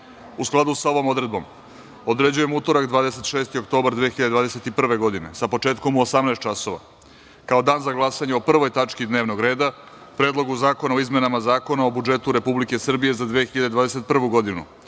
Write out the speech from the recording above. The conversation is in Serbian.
skladu sa ovom odredbom, određujem utorak, 26. oktobar 2021. godine, sa početkom u 18.00 časova, kao dan za glasanje o Prvoj tački dnevnog reda - Predlogu zakona o izmenama Zakona o budžetu Republike Srbije za 2021. godinu,